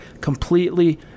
completely